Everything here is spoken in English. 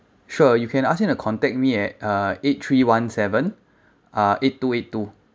sure you can ask him to contact me at uh eight three one seven uh eight two eight two